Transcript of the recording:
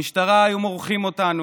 במשטרה היו מורחים אותנו,